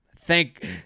Thank